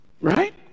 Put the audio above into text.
right